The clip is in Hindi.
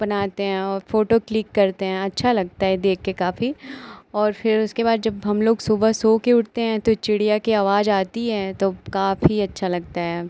बनाते हैं और फ़ोटो क्लिक करते हैं अच्छा लगता है देखकर काफ़ी और फिर उसके बाद जब हमलोग सुबह सोकर उठते हैं तो चिड़िया की आवाज़ आती है तो काफ़ी अच्छा लगता है